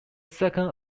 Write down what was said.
second